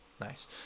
Nice